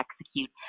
execute